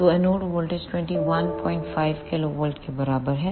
तो anode voltage 215 KV के बराबर है